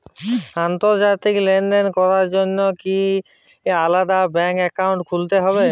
আন্তর্জাতিক লেনদেন করার জন্য কি আলাদা ব্যাংক অ্যাকাউন্ট খুলতে হবে?